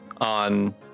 on